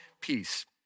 Peace